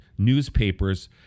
Newspapers